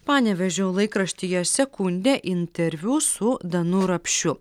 panevėžio laikraštyje sekundė interviu su danu rapšiu